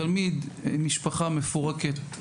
תלמיד ממשפחה מפורקת,